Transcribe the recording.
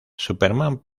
superman